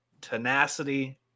tenacity